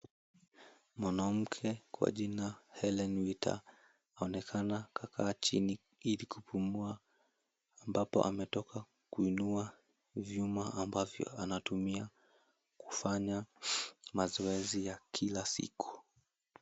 Mwanamke kwa jina Hellen Wawira anaonekana kakaa chini ili kupumua ambapo ametoka kuinua vyuma ambavyo anatumia kufanya mazoezi ya kila siku.